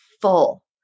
full